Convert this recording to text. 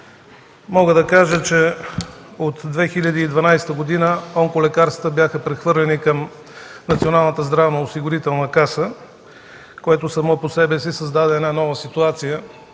мнение. От 2012 г. онколекарствата бяха прехвърлени към Националната здравноосигурителна каса, което само по себе си създаде нова ситуация